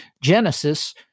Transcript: Genesis